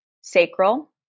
sacral